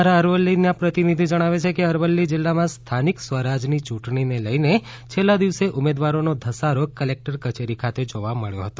અમારા અરવલ્લી જીલ્લાના પ્રતિનિધિ જણાવે છે કે અરવલ્લી જિલ્લામાં સ્થાનિક સ્વરાજની ચૂંટણીને લઈને છેલ્લા દિવસે ઉમેદવારોનો ધસારો કલેકટર કચેરી ખાતે જોવા મળ્યો હતો